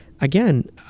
again